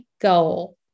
goal